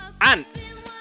Ants